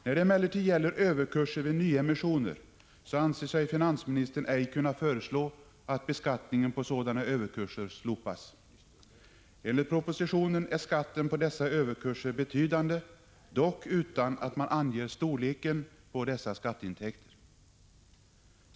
När det gäller överkurser vid nyemissioner anser sig finansministern emellertid ej kunna föreslå att beskattningen skall slopas. Enligt propositionen är skatten på dessa överkurser betydande. Storleken på dessa skatteintäkter anges dock inte.